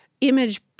image